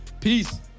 Peace